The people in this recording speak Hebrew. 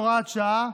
הוראת שעה),